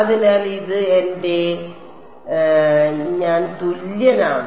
അതിനാൽ ഇത് എന്റെ ഞാൻ തുല്യനാണ്